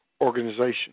organization